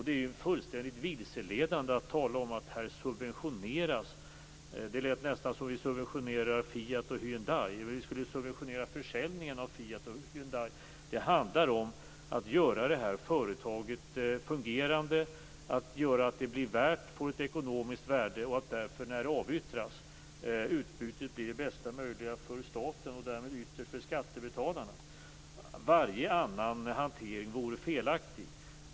Det är fullständigt vilseledande att tala som om vi subventionerade Fiat och Hyundai och försäljningen av dessa märken. Det handlar om att få det här företaget att fungera, att se till att det får ett ekonomiskt värde och att utbytet blir det bästa möjliga för staten och därmed för skattebetalarna när företaget avyttras. Varje annan hantering vore felaktig.